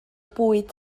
bwyd